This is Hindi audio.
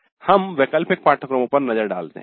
अब हम वैकल्पिक पाठ्यक्रमों पर नजर डालते हैं